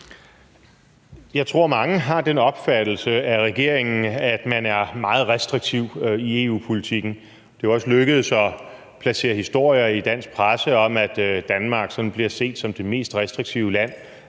Jeg tror, mange har den opfattelse af regeringen, at man er meget restriktiv i EU-politikken. Det er også lykkedes at placere historier i dansk presse om, at Danmark sådan bliver set som det mest restriktive land